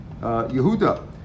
Yehuda